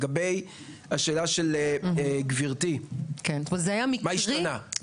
לגבי השאלה של גברתי, מה השתנה?